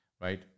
right